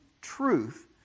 truth